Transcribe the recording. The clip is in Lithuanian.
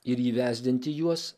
ir įvesdinti juos